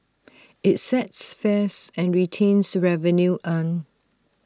IT sets fares and retains revenue earned